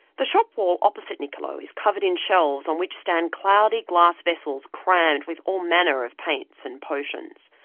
the shop wall opposite niccolo is covered in shelves on which stand cloudy glass vessels crammed with all manner of paints and potions.